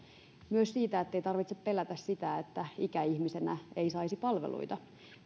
myös siihen että ei tarvitse pelätä että ikäihmisenä ei saisi palveluita